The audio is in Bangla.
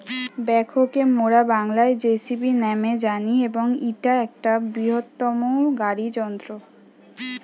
ব্যাকহো কে মোরা বাংলায় যেসিবি ন্যামে জানি এবং ইটা একটা বৃহত্তম গাড়ি যন্ত্র